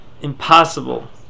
impossible